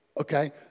Okay